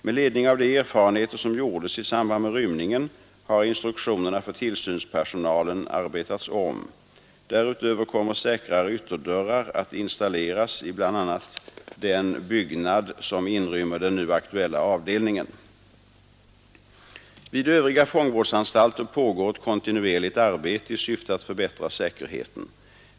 Med ledning av de erfarenheter som gjordes i samband med rymningen har instruktionerna för tillsynspersonalen arbetats om. Därutöver kommer säkrare ytterdörrar att installeras i bl.a. den byggnad som inrymmer den nu aktuella avdelningen. Vid övriga fångvårdsanstalter pågår ett kontinuerligt arbete i syfte att förbättra säkerheten.